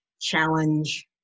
challenge